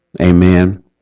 Amen